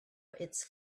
its